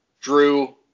Drew